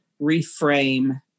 reframe